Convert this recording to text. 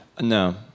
No